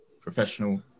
professional